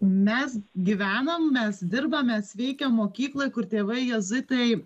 mes gyvenam mes dirbame mes veikiam mokykloj kur tėvai jėzuitai